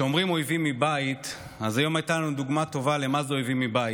כשאומרים "אויבים מבית" היום הייתה לנו דוגמה טובה למה זה אויבים מבית.